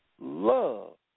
love